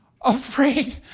afraid